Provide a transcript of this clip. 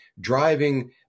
driving